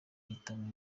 amahitamo